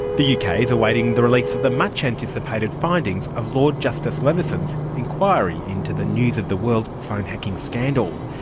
the yeah uk is awaiting the release of the much-anticipated findings of lord justice leveson's inquiry into the news of the world phone hacking scandal.